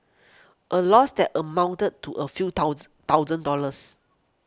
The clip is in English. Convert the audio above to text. a loss that amounted to a few thousand dollars